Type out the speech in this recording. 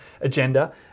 agenda